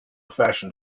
fashion